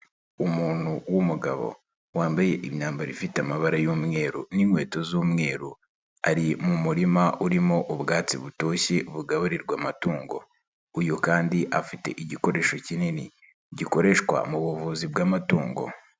Umuntu w'umugabo wambaye imyambaro ifite amabara y'umweru n'inkweto z'umweru ari mu murima urimo ubwatsi butoshye bugaburirwa amatungo uyu kandi afite igikoresho kinini gikoreshwa mu buvuzi bw'amatungo.